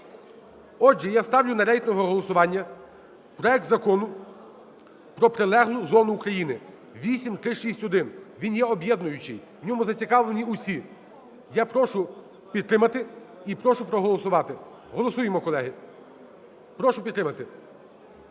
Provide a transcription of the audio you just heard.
Отже, я ставлю на рейтингове голосування проект Закону про прилеглу зону України (8361). Він є об'єднуючий, в ньому зацікавлені всі. Я прошу підтримати і прошу проголосувати. Голосуємо, колеги! Прошу підтримати.